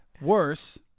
Worse